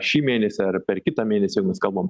šį mėnesį ar per kitą mėnesį mes kalbam